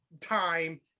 time